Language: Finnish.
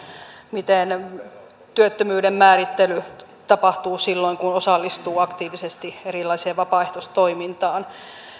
miten työttömyyden määrittely tapahtuu silloin kun osallistuu aktiivisesti erilaiseen vapaaehtoistoimintaan